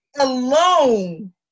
Alone